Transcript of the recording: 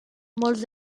molts